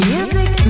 Music